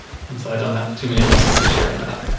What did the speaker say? and so i don't have too many lessons to share in that.